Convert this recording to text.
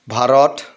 Bharat